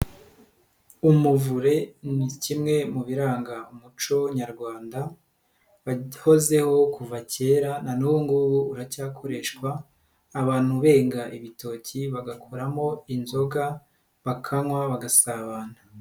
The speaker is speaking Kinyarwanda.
Umuvure ni kimwe mu biranga umuco nyarwanda, wahozeho kuva kera na n'ubu ngubu uracyakoreshwa, abantu benga ibitoki, bagakoramo inzoga, bakanywa, bagasabana.